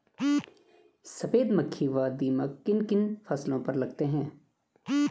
सफेद मक्खी व दीमक किन किन फसलों पर लगते हैं?